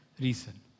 reason